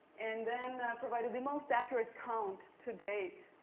and then provided the most accurate count to date.